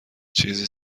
چیزی